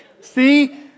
see